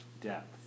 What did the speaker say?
depth